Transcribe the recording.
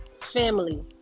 family